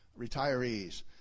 retirees